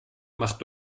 macht